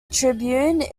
tribune